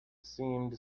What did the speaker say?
seemed